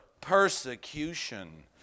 persecution